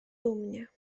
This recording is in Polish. dumnie